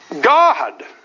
God